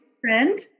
Friend